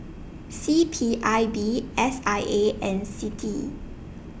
C P I B S I A and CITI